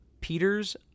Peter's